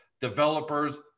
developers